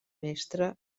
mestre